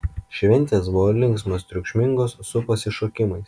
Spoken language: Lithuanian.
šventės buvo linksmos triukšmingos su pasišokimais